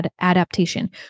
adaptation